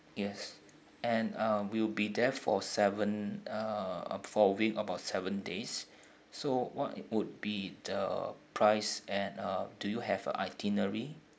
yes and uh we'll be there for seven uh uh for a week about seven days so what would be the price and uh do you have a itinerary